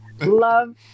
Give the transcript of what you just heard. Love